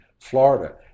Florida